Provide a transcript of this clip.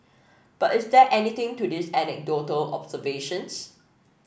but is there anything to these anecdotal observations